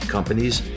companies